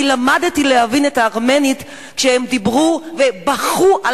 אני למדתי להבין ארמנית כשהם דיברו ובכו על